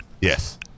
Yes